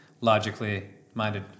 logically-minded